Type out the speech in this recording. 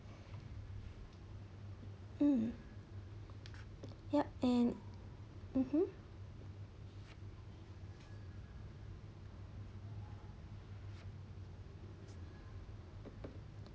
mm yup and mmhmm